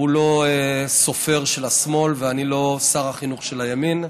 הוא לא סופר של השמאל ואני לא שר החינוך של הימין.